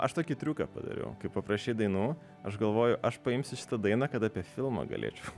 aš tokį triuką padariau kai paprašei dainų aš galvoju aš paimsiu šitą dainą kad apie filmą galėčiau